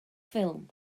ffilm